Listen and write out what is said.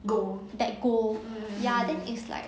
go back go ya then is like